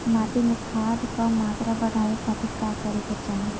माटी में खाद क मात्रा बढ़ावे खातिर का करे के चाहीं?